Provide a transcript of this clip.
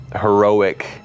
heroic